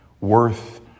worth